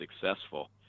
successful